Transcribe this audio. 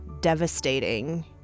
Devastating